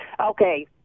Okay